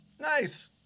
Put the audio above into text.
nice